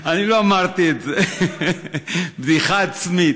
בדיחה עצמית.